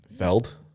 Feld